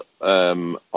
on